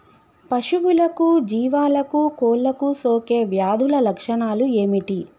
పశువులకు జీవాలకు కోళ్ళకు సోకే వ్యాధుల లక్షణాలు ఏమిటి?